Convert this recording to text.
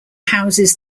houses